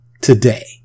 today